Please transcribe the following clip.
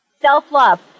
Self-love